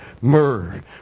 Myrrh